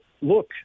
look